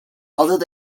although